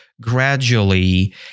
gradually